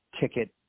ticket